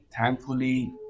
thankfully